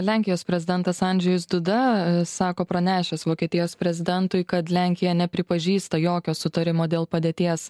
lenkijos prezidentas andžejus duda sako pranešęs vokietijos prezidentui kad lenkija nepripažįsta jokio sutarimo dėl padėties